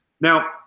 Now